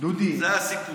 זה הסיפור.